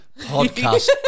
Podcast